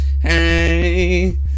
Hey